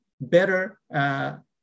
better